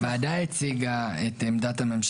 חובת היוועצות ואנחנו כן מפנים לחוקים אחרים,